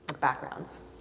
backgrounds